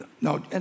No